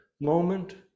moment